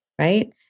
Right